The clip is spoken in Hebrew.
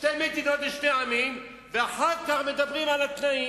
שתי מדינות לשני עמים, ואחר כך מדברים על התנאים.